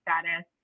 status